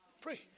Pray